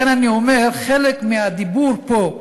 לכן אני אומר, חלק מהדיבור פה,